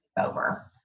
over